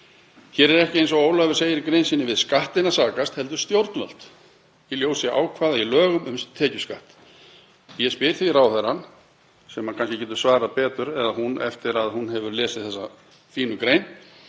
Hér er ekki, eins og Ólafur segir í grein sinni, við Skattinn að sakast heldur stjórnvöld í ljósi ákvæða í lögum um tekjuskatt. Ég spyr því ráðherrann, sem getur kannski svarað betur eftir að hún hefur lesið þessa fínu grein: